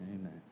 Amen